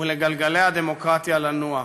ולגלגלי הדמוקרטיה, לנוע.